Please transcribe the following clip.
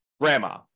grandma